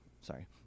sorry